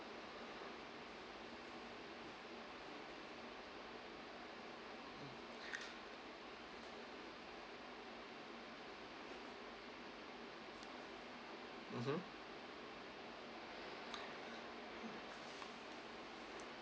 mmhmm